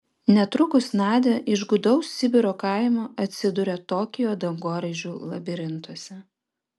netrukus nadia iš gūdaus sibiro kaimo atsiduria tokijo dangoraižių labirintuose